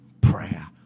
prayer